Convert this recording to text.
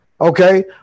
okay